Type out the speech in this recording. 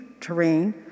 terrain